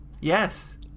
Yes